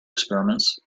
experiments